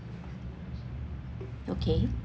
okay